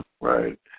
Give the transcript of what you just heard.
Right